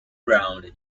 ground